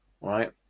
right